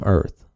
Earth